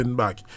back